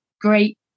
great